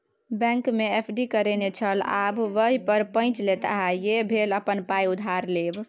बैंकमे एफ.डी करेने छल आब वैह पर पैंच लेताह यैह भेल अपने पाय उधार लेब